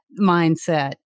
mindset